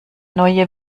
neue